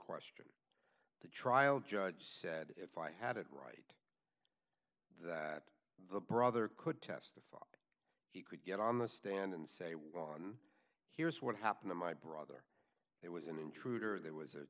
question the trial judge said if i had it right that the brother could testify he could get on the stand and say well done here's what happened to my brother it was an intruder there was a